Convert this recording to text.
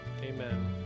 amen